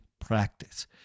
practice